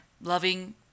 loving